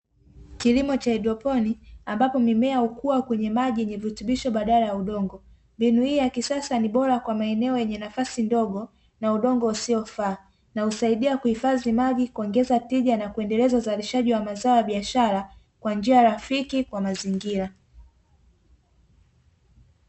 Kilimo cha haidroponi ambapo mimea hukuwa kwenye maji yenye virutubisho badala ya udongo. Mbinu hii ya kisasa ni bora kwa maeneo yenye nafasi ndogo na udongo usiofaa, na husaidia kuhifadhi maji, kuongeza tija na kuendeleza uzalishaji wa mazao ya biashara kwa njia rafiki kwa mazingira.